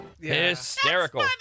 Hysterical